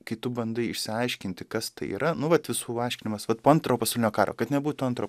kai tu bandai išsiaiškinti kas tai yra nu vat visų aiškinimas vat po antro pasaulinio karo kad nebūtų antro